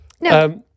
No